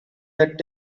had